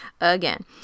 again